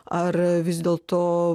ar vis dėl to